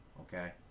Okay